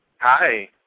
Hi